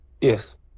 yes